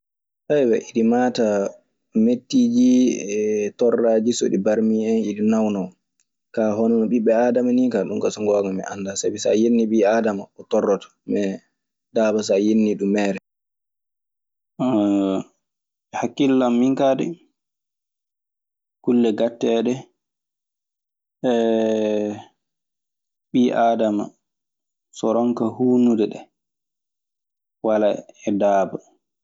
indi maata mettiiji e tordaaji so ndi barmii en eɗi nawnoo ko honono ɓiɓɓe aadama nii. Ka ɗum ka so ngoonga mi anndaa. Sabi so a yennii ɓii aadama torloto ka daaba so a yennii ɗum yo meere. Hakkille an min kaa de. Kulle gatteeɗe ɓii aadama so ronka huunude ɗe walaa e daaba.